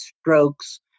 strokes